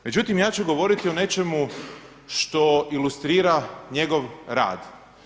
Međutim ja ću govoriti o nečemu što ilustrira njegov rad.